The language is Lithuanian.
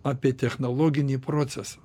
apie technologinį procesą